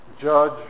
judge